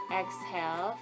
exhale